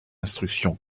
instruction